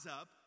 up